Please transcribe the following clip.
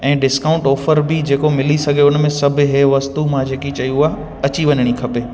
ऐं discount offer बि जेको मिली सघे उन में सभु हे वस्तू मां जेकी चई उहा अची वञिणी खपे